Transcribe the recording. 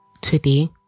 Today